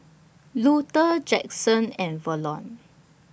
Luther Jaxson and Verlon